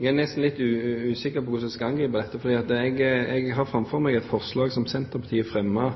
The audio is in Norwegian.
Jeg er nesten litt usikker på hvordan jeg skal angripe dette, for jeg har framfor meg et forslag som Senterpartiet fremmet